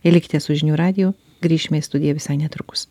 ir likite su žinių radiju grįšime į studiją visai netrukus